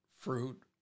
fruit